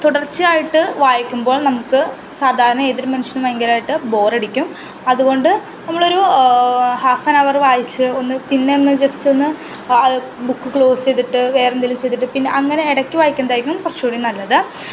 തുടർച്ചയായിട്ട് വായിക്കുമ്പോൾ നമുക്ക് സാധാരണ ഏതൊരു മനുഷ്യനും ഭയങ്കരമായിട്ട് ബോറടിക്കും അതുകൊണ്ട് നമ്മളൊരു ഹാഫ് ഏൻ അവർ വായിച്ച് ഒന്ന് പിന്നൊന്ന് ജസ്റ്റൊന്ന് ബുക്ക് ക്ലോസ് ചെയ്തിട്ട് വേറെന്തെങ്കിലും ചെയ്തിട്ട് പിന്നെ അങ്ങനെ ഇടക്ക് വായിക്കുന്നതായിരിക്കും കുറച്ചു കൂടി നല്ലത്